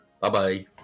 Bye-bye